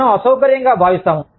మనం అసౌకర్యంగా భావిస్తాము